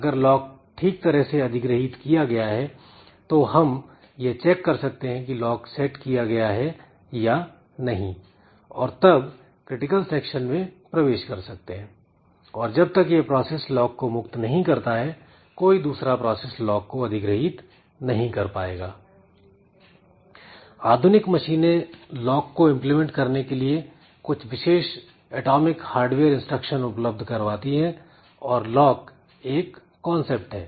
अगर लॉक ठीक तरह से अधिग्रहीत किया गया है तो हम यह चेक कर सकते हैं की लॉक सेट किया गया है या नहीं और तब क्रिटिकल सेक्शन में प्रवेश कर सकते हैं और जब तक यह प्रोसेस लॉक को मुक्त नहीं करता है कोई दूसरा प्रोसेस लॉक को अधिग्रहीत नहीं कर पाएगा आधुनिक मशीनें लॉक को इंप्लीमेंट करने के लिए कुछ विशेष एटॉमिक हार्डवेयर इंस्ट्रक्शन उपलब्ध करवाती है और लॉक एक कांसेप्ट है